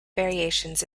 variations